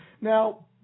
Now